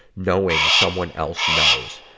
knowing someone else knows.